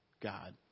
God